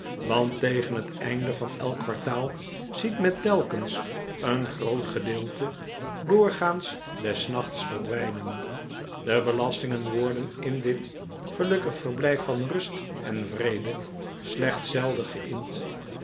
want tegen het einde van elk kwartaal ziet men telkens een groot gedeelte doorgaans des nachts verdwijnen de belastingen worden in dit gelukkig verblijf van rust en vrede slechts zelden ge'ind